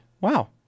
Wow